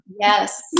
Yes